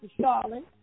Charlotte